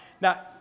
Now